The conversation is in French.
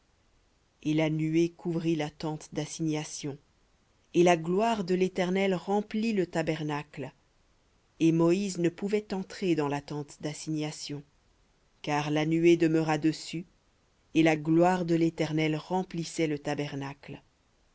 et la nuée couvrit la tente d'assignation et la gloire de l'éternel remplit le tabernacle et moïse ne pouvait entrer dans la tente d'assignation car la nuée demeura dessus et la gloire de l'éternel remplissait le tabernacle